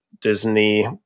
Disney